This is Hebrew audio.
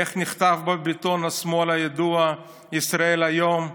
איך נכתב בביטאון השמאל הידוע ישראל היום?